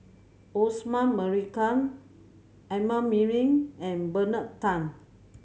Osman Merican Amrin Amin and Bernard Tan